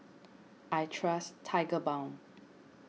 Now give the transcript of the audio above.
I trust Tigerbalm